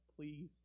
please